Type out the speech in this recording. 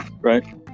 right